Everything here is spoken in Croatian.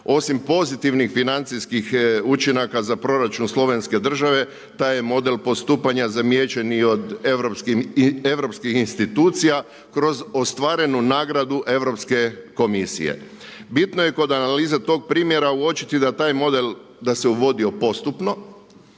Osim pozitivnih financijskih učinaka za proračun slovenske države taj je model postupanja zamijećen i od europskih institucija kroz ostvarenu nagradu europske komisije. Bitno je kod analize tog primjera uočiti da taj model, da se uvodio postupno,